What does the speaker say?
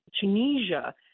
Tunisia